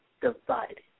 divided